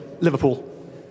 Liverpool